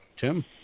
tim